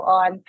on